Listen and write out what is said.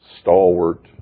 stalwart